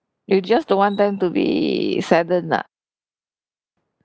you just don't want them to be saddened lah